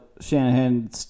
Shanahan